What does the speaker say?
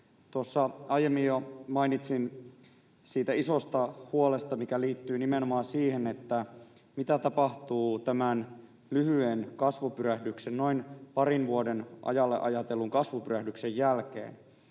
aiemmin jo mainitsin siitä isosta huolesta, mikä liittyy nimenomaan siihen, mitä tapahtuu tämän lyhyen kasvupyrähdyksen, noin parin vuoden ajalle ajatellun kasvupyrähdyksen, jälkeen.